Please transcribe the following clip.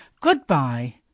goodbye